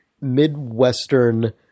midwestern